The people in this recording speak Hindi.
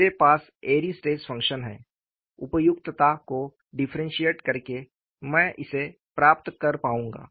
मेरे पास एरी स्ट्रेस फंक्शन है उपयुक्तता को डिफ्रेंशिएट करके मैं इसे प्राप्त कर पाऊंगा